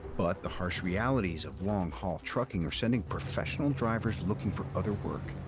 but the harsh realities of long-haul trucking are sending professional drivers looking for other work,